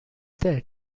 there